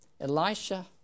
Elisha